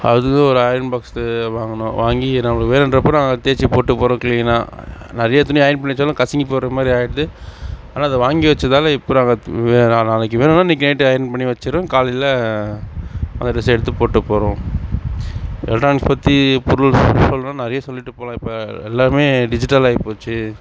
அதுக்கு ஒரு iron box தே வாங்கினோம் வாங்கி நம்மளுக்கு வேணுன்றப்போ நாங்கள் தேய்ச்சி போட்டு போகிறோம் கிளீனாக நிறைய துணி அயர்ன் பண்ணி வெச்சாலும் கசங்கி போடற மாதிரி ஆகிடுது ஆனால் அதை வாங்கி வெச்சதால் இப்போது நாங்கள் நான் நாளைக்கு வேணுன்னால் இன்னிக்கி நைட்டு அயர்ன் பண்ணி வெச்சிருவோம் காலையில் அந்த டிரெஸ்ஸை எடுத்து போட்டு போகிறோம் எலக்ட்ரானிக்ஸ் பற்றி பொருள் சொல்லணுன்னா நிறைய சொல்லிட்டு போகலாம் இப்போ எல்லாமே டிஜிட்டல் ஆகிப்போச்சி